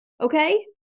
Okay